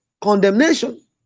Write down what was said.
condemnation